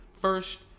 first